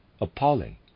Appalling